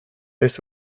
this